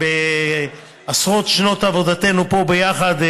בעשרות שנות עבודתנו פה ביחד,